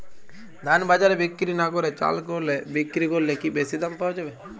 ধান বাজারে বিক্রি না করে চাল কলে বিক্রি করলে কি বেশী দাম পাওয়া যাবে?